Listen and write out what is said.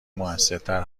موثرتر